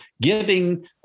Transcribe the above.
giving